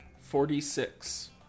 Forty-six